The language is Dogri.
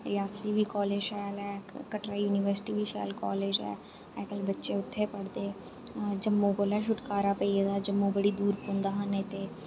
रियासी बी कालेज शैल ऐ कटरा यूनिवर्सटी बी शैल कालेज ऐ अज्जकल बच्चे उत्थे पढ़दे जम्मू कोला छुटकारा पेई गेदा जम्मू बड़ा दूर पौंदा हा नेईं ते